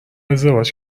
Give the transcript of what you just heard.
ازدواج